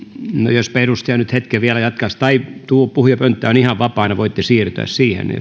jospa edustaja nyt hetken vielä jatkaisi tai tuo puhujapönttö on ihan vapaana voitte siirtyä siihen